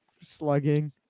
slugging